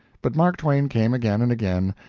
but mark twain came again and again,